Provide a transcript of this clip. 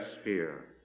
sphere